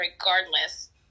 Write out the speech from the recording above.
regardless